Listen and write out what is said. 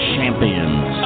Champions